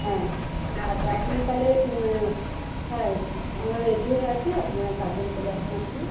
হ্যাঁ আচ্ছা আপনি তাহলে হ্যাঁ আমরা রেডি হয়ে আছি আপনারা তাড়াতাড়ি চলে আসুন আপনি